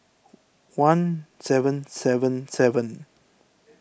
one seven seven seven